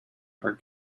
are